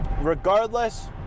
regardless